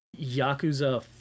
Yakuza